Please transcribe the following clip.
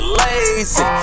lazy